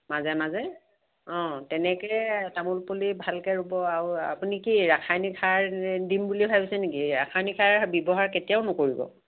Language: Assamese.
মাজে মাজে অ তেনেকৈ তামোল পুলি ভালকৈ ৰুব আৰু আপুনি কি ৰাসায়নিক সাৰ দিম বুলি ভাবিছে নেকি ৰাসায়নিক সাৰ ব্যৱহাৰ কেতিয়াও নকৰিব